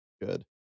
good